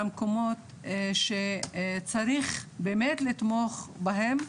למקומות שצריך באמת לתמוך בהם,